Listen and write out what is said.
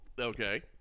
okay